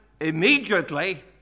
immediately